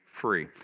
free